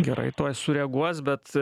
gerai tuoj sureaguos bet